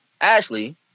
Ashley